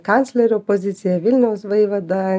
kanclerio poziciją vilniaus vaivadą